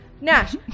Nash